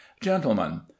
gentlemen